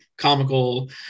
comical